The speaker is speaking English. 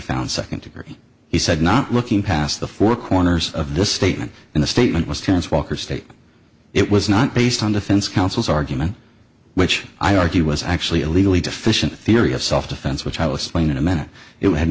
found second degree he said not looking past the four corners of the statement in the statement was tense walker state it was not based on defense counsel's argument which i argue was actually a legally deficient theory of self defense which i was playing in a minute it had